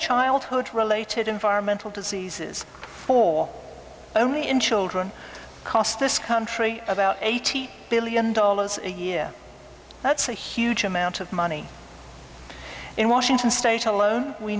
childhood related environmental diseases for only in children costs this country about eighty billion dollars a year that's a huge amount of money in washington state alone we